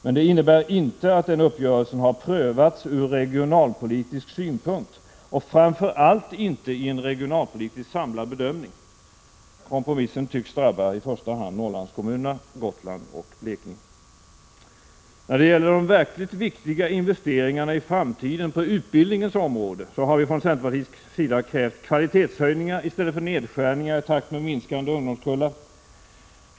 Men det innebär inte att den uppgörelsen har prövats ur regionalpolitisk synpunkt och framför allt inte i en regionalpolitiskt samlad bedömning. Kompromissen tycks drabba i första hand Norrlandskommunerna, Gotland och Blekinge. När det gäller de verkligt viktiga investeringarna i framtiden på utbildningens område har vi från centerpartiets sida krävt kvalitetshöjningar i stället för nedskärningar i takt med minskande ungdomskullar.